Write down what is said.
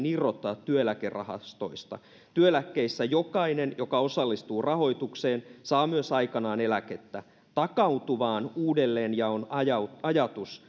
irrottaa työeläkerahastoista työeläkkeissä jokainen joka osallistuu rahoitukseen saa myös aikanaan eläkettä takautuvaan uudelleenjaon ajatus ajatus